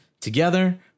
Together